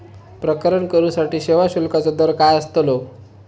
प्रकरण करूसाठी सेवा शुल्काचो दर काय अस्तलो?